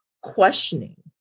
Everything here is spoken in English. questioning